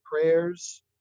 prayers